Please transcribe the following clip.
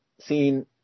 seen